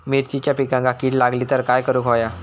मिरचीच्या पिकांक कीड लागली तर काय करुक होया?